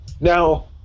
Now